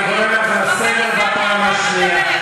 אני קורא אותך לסדר פעם שנייה.